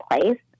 place